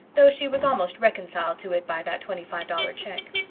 though she was almost reconciled to it by that twenty-five dollar check.